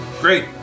Great